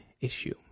issue